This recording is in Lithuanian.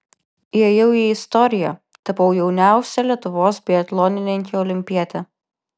įėjau į istoriją tapau jauniausia lietuvos biatlonininke olimpiete